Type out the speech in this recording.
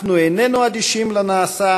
אנחנו איננו אדישים לנעשה,